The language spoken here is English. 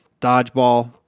dodgeball